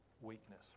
weakness